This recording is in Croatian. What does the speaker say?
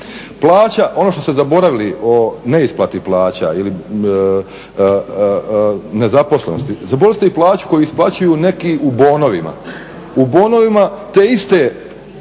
Plaća, ono što ste zaboravili o neisplati plaća ili nezaposlenosti, zaboravili ste i plaću koju isplaćuju neki u bonovima, u bonovima te iste